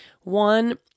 One